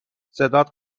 صدات